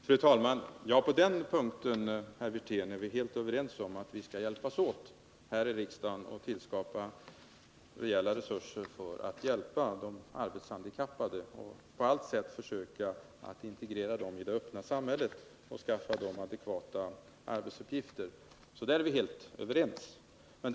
Fru talman! Ja, herr Wirtén, på den punkten är vi helt överens om att vi skall hjälpas åt här i riksdagen. Vi skall tillskapa rejäla resurser för att hjälpa de arbetshandikappade och på allt sätt försöka integrera dem i det öppna samhället och skaffa dem adekvata arbetsuppgifter. Där är vi alltså helt överens.